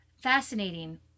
Fascinating